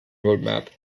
roadmap